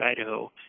Idaho